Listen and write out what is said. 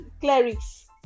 clerics